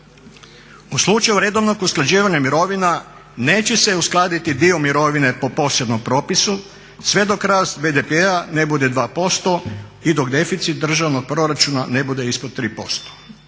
U slučaju redovnog usklađivanja mirovina neće se uskladiti dio mirovine po posebnom propisu sve dok rast BDP-a ne bude 2% i dok deficit državnog proračuna ne bude ispod 3%.